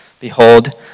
behold